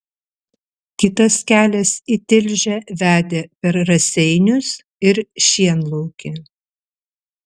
kitas kelias į tilžę vedė per raseinius ir šienlaukį